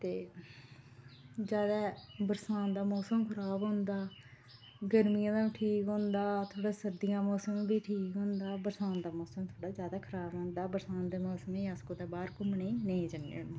ते ज्यादा बरसांत दा मौसम खराब होंदा गर्मियें दा बी ठीक होंदा थोहड़ा सर्दियां मौसम बी ठीक होंदा बरसांत दा मौसम थोहड़ा ज्यादा खराब होंदा बरसांत दे मौसमै गी अस कुतै बाहर घुम्मने गी नेईं जन्ने होन्ने